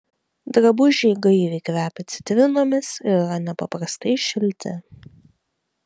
drabužiai gaiviai kvepia citrinomis ir yra nepaprastai šilti